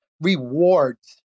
rewards